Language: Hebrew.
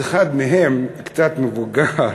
אחד מהם, קצת מבוגר,